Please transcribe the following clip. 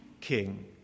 king